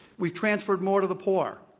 we've transferred more to the poor.